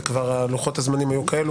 וכבר לוחות הזמנים היו כאלו,